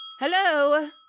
Hello